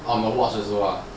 on your watch 的时候 lah